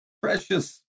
precious